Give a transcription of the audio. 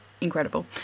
incredible